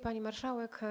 Pani Marszałek!